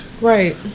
right